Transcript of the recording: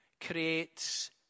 creates